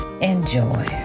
Enjoy